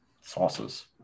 sauces